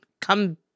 come